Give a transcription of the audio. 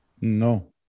No